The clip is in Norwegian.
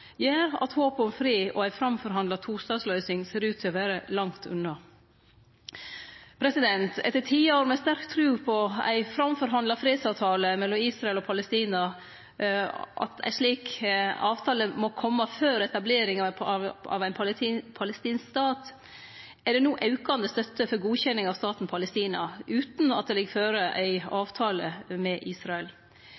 gjer at håpet om fred og ei framforhandla tostatsløysing ser ut til å vere langt unna. Etter tiår med sterk tru på at ein framforhandla fredsavtale mellom Israel Palestina må kome før etableringa av ein palestinsk stat, er det no aukande støtte for godkjenning av staten Palestina, utan at det ligg føre